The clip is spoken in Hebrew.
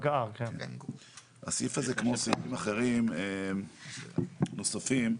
כמו סעיפים אחרים נוספים,